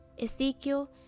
Ezekiel